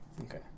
Okay